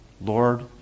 Lord